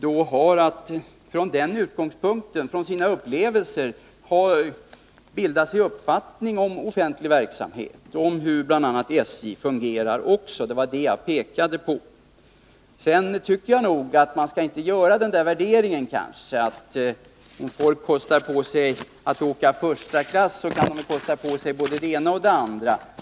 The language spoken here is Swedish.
De har att bilda sig en uppfattning om offentlig verksamhet med utgångspunkt i sina upplevelser av hur bl.a. SJ fungerar — det var det jag pekade på. Sedan tycker jag inte att man skall göra den där värderingen, att om folk kostar på sig att åka första klass så kan de kosta på sig både det ena och det andra.